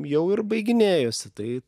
jau ir baiginėjosi tai